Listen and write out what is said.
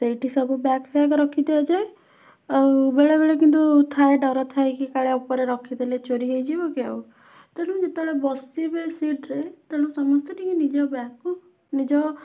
ସେଇଠି ସବୁ ବ୍ୟାଗ୍ଫ୍ୟାଗ ରଖିଦିଆଯାଏ ଆଉ ବେଳେବେଳେ କିନ୍ତୁ ଥାଏ ଡ଼ର ଥାଏ କି କାଳେ ଉପରେ ରଖିଦେଲେ ଚୋରି ହେଇଯିବ କି ଆଉ ତେଣୁ ଯେତେବେଳେ ବସିବେ ସିଟ୍ରେ ତେଣୁ ସମସ୍ତେ ଟିକେ ନିଜ ବ୍ୟାଗ୍କୁ ନିଜ